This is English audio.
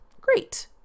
Great